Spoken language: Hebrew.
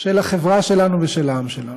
של החברה שלנו ושל העם שלנו.